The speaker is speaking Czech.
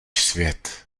svět